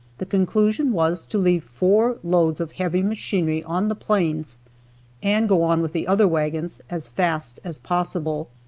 the conclusion was to leave four loads of heavy machinery on the plains and go on with the other wagons as fast as possible.